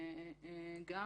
גם